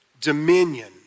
dominion